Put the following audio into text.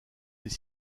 les